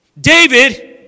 David